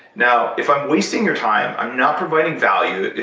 now, if i'm wasting your time, i'm not providing value,